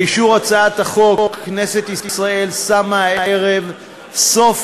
באישור הצעת החוק כנסת ישראל שמה הערב סוף